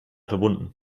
verbunden